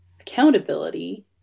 accountability